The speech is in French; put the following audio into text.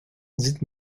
dites